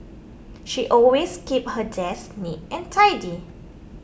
she always keeps her desk neat and tidy